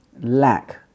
lack